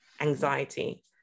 anxiety